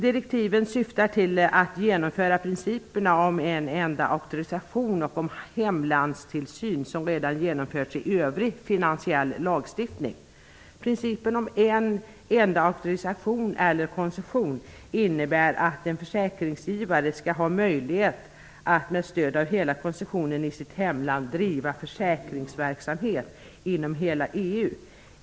Direktiven syftar till att genomföra principerna om en enda auktorisation och om hemlandstillsyn, som redan har genomförts i övrig finansiell lagstiftning. Principen om en enda auktorisation eller koncession innebär att en försäkringsgivare skall ha möjlighet att med stöd av koncessionen i sitt hemland driva försäkringsverksamhet inom hela EU.